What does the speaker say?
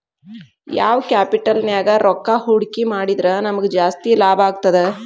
ಯಾವ್ ಕ್ಯಾಪಿಟಲ್ ನ್ಯಾಗ್ ರೊಕ್ಕಾ ಹೂಡ್ಕಿ ಮಾಡಿದ್ರ ನಮಗ್ ಜಾಸ್ತಿ ಲಾಭಾಗ್ತದ?